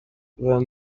than